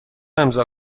امضا